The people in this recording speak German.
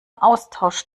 austausch